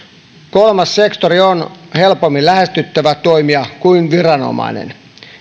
kolmas sektori on helpommin lähestyttävä toimija kuin viranomainen